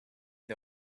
the